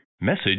Message